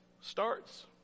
starts